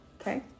Okay